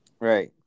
Right